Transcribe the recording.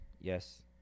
yes